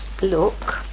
look